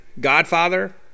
godfather